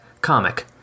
comic